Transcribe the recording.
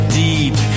deep